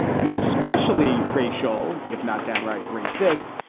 and especially racial, if not downright racist,